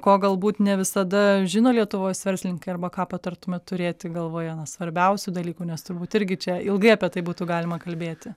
ko galbūt ne visada žino lietuvos verslininkai arba ką patartumėt turėti galvoje na svarbiausių dalykų nes turbūt irgi čia ilgai apie tai būtų galima kalbėti